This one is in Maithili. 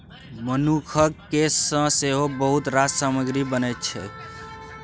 मनुखक केस सँ सेहो बहुत रास सामग्री बनैत छै